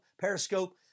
Periscope